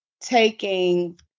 taking